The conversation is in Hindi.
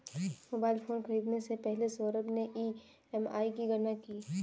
मोबाइल फोन खरीदने से पहले सौरभ ने ई.एम.आई की गणना की